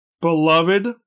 beloved